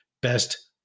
best